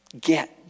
get